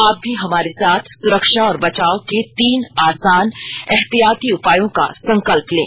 आप भी हमारे साथ सुरक्षा और बचाव के तीन आसान एहतियाती उपायों का संकल्प लें